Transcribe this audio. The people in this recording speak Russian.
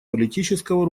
политического